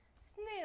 Snail